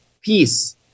Peace